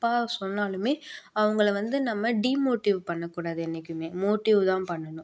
சொன்னாலும் அவங்கள வந்து நம்ம டீமோட்டிவ் பண்ணக்கூடாது என்றைக்குமே மோட்டிவ் தான் பண்ணணும்